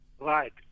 Right